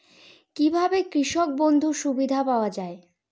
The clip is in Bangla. কি ভাবে কৃষক বন্ধুর সুবিধা পাওয়া য়ায়?